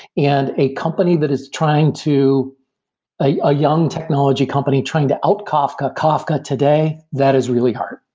and a company that is trying to a young technology company trying to out kafka kafka today, that is really hard,